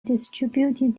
distributed